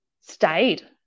stayed